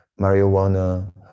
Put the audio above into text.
marijuana